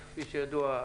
כידוע,